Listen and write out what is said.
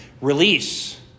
release